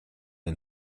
and